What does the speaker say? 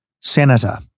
senator